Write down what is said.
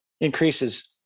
increases